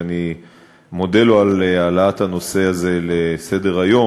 שאני מודה לו על העלאת הנושא הזה לסדר-היום,